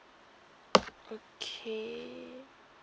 okay